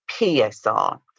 PSR